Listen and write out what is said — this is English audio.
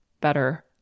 better